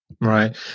Right